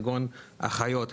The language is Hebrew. אחיות,